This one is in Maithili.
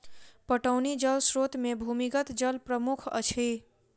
पटौनी जल स्रोत मे भूमिगत जल प्रमुख अछि